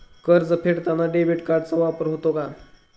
कर्ज फेडताना डेबिट कार्डचा वापर होतो का?